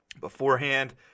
beforehand